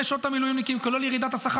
זה 3,000 איש, שמסתבכים.